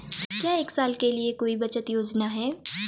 क्या एक साल के लिए कोई बचत योजना है?